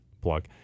Plug